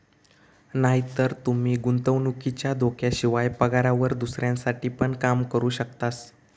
नायतर तूमी गुंतवणुकीच्या धोक्याशिवाय, पगारावर दुसऱ्यांसाठी पण काम करू शकतास